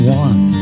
one